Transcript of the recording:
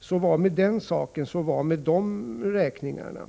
Så var det med de räkningarna.